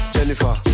Jennifer